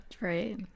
Right